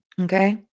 Okay